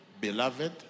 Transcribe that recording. beloved